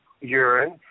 urine